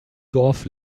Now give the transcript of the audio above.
dorf